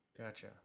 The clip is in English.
Gotcha